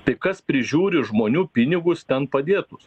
tai kas prižiūri žmonių pinigus ten padėtus